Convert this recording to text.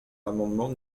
l’amendement